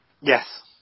Yes